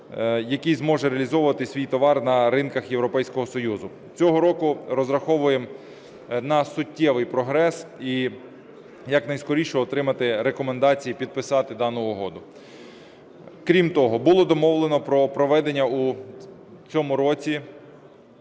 який зможе реалізовувати свій товар на ринках Європейського Союзу. Цього року розраховуємо на суттєвий прогрес і якнайскоріше отримати рекомендації і підписати дану угоду. Крім того, було домовлено про проведення у цьому році